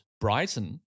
Brighton